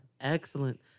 Excellent